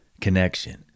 connection